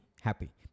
happy